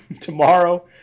Tomorrow